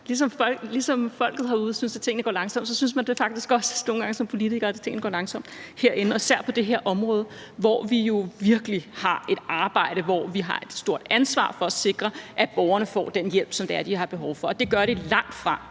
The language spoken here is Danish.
Ligesom folket herude synes, at tingene går langsomt, så synes man faktisk også nogle gange som politiker, at tingene går langsomt herinde, og især på det her område, hvor vi jo virkelig har et arbejde, hvor vi har et stort ansvar for at sikre, at borgerne får den hjælp, som de har behov for. Det gør de langtfra